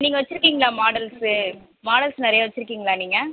நீங்கள் வைச்சுருக்கீங்களா models models நிறைய வைச்சுருக்கீங்களா நீங்கள்